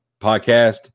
podcast